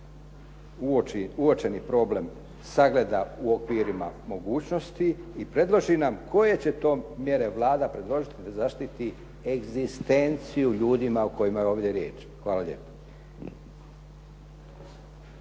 uočeni problem sagleda u okvirima mogućnosti i predloži nam koje će to mjere Vlada predložiti da zaštiti egzistenciju ljudima o kojima je ovdje riječ. Hvala lijepo.